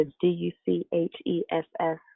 D-U-C-H-E-S-S